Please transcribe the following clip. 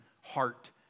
heart